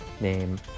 name